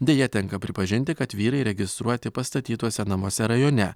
deja tenka pripažinti kad vyrai registruoti pastatytuose namuose rajone